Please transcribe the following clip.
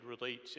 relate